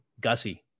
Gussie